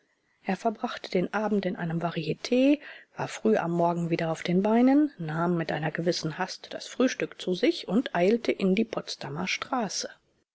er verbrachte den abend in einem variet war früh am morgen wieder auf den beinen nahm mit einer gewissen hast das frühstück zu sich und eilte in die potsdamer straße